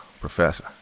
Professor